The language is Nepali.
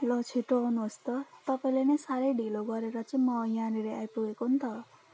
ल छिटो आउनुहोस् त तपाईँले नै साह्रै ढिलो गरेर चाहिँ म यहाँनिर आइपुगेको नि त